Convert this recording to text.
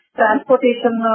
transportation